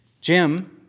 Jim